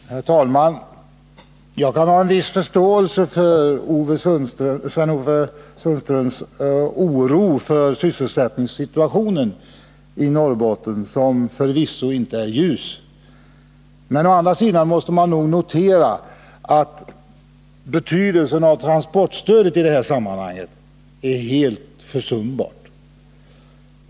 Herr talman! Jag kan ha en viss förståelse för Sten-Ove Sundströms oro inför sysselsättningssituationen i Norrbotten, som förvisso inte är ljus. Å andra sidan måste man nog notera att betydelsen av transportstödet är helt försumbar i det här sammanhanget.